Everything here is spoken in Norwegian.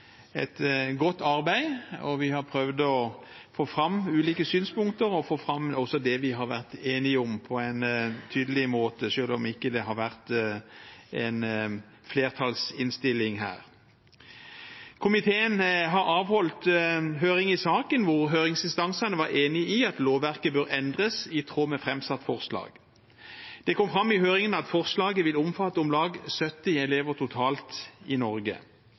et godt arbeid. Vi har prøvd å få fram ulike synspunkter og å få fram også det vi har vært enige om, på en tydelig måte, selv om det ikke er en flertallsinnstilling her. Komiteen har avholdt høring i saken, hvor høringsinstansene var enig i at lovverket bør endres i tråd med framsatt forslag. Det kom fram i høringen at forslaget vil omfatte om lag 70 elever totalt i Norge,